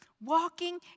Walking